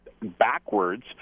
backwards